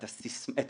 סבבה.